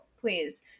please